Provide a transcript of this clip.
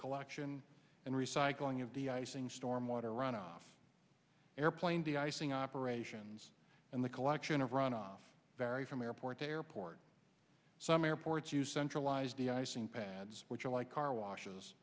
collection and recycling of the icing storm water runoff airplane the icing operations and the collection of runoff vary from airport to airport some airports you centralized the icing pads which are like car washes